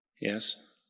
yes